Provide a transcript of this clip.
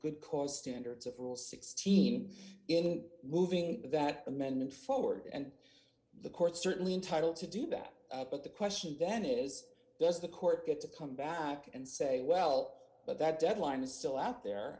good core standards of rule sixteen in moving that amended forward and the court certainly entitled to do that but the question then is does the court get to come back and say well but that deadline is still out there